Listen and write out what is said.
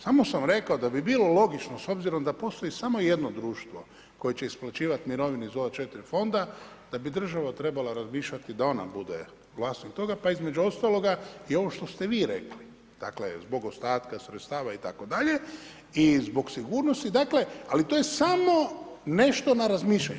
Samo sam rekao da bi bilo logično s obzirom da postoji samo jedno društvo koje će isplaćivati mirovine iz ova 4 fonda da bi država trebala razmišljati da ona bude vlasnik toga, pa između ostaloga i ovo što ste vi rekli, dakle zbog ostatka sredstava itd. i zbog sigurnosti dakle ali to je samo nešto na razmišljanje.